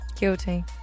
Guilty